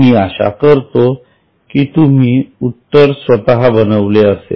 मी आशा करतो की तुम्ही उत्तर स्वतः बनवले असेल